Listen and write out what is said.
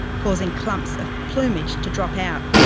causing clumps of plumage to drop out.